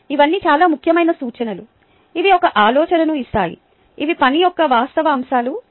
ఇవన్నీ చాలా ముఖ్యమైన సూచనలు ఇవి ఒక ఆలోచనను ఇస్తాయి ఇవి పని యొక్క వాస్తవ అంశాలను ఇస్తాయి